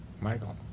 Michael